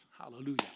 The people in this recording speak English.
Hallelujah